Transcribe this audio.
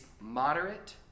moderate